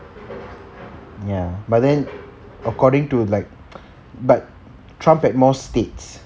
ya but then according to like but trump had more states